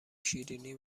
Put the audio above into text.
شیرینی